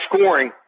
scoring